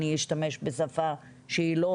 אני אשתמש בשפה שהיא לא